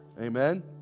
Amen